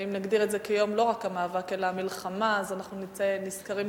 ואם נגדיר את זה כיום שהוא לא רק המאבק אלא המלחמה אנחנו נצא נשכרים,